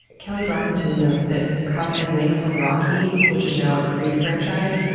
kelli brockington notes that cuff and link from rocky, which is now a creed franchise,